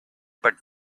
but